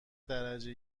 درجه